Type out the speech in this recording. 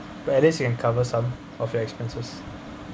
but at least you can cover some of your expenses